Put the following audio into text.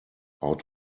out